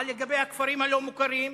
מה לגבי הכפרים הלא-מוכרים?